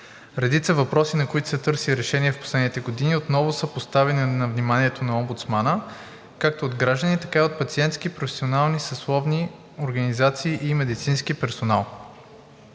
Редица въпроси, на които се търси решение в последните години, отново са поставени на вниманието на омбудсмана както от граждани, така и от пациентски, професионални, съсловни организации и медицински персонал.